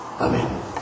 Amen